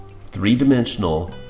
three-dimensional